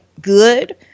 good